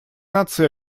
наций